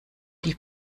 die